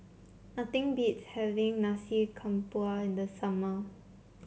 nothing beats having Nasi Campur in the summer